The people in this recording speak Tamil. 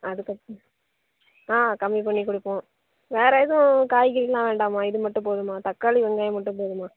அதுக்கப்புறம் ஆ கம்மி பண்ணி கொடுப்போம் வேறு எதுவும் காய்கறில்லாம் வேண்டாமா இது மட்டும் போதுமா தக்காளி வெங்காயம் மட்டும் போதுமா